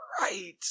Right